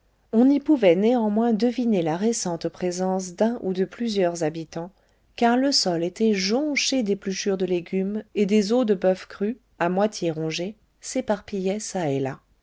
ou y pouvait néanmoins deviner la récente présence d'un ou de plusieurs habitants car le sol était jonché d'épluchures de légumes et des os de boeuf cru à moitié rongés s'éparpillaient ça et là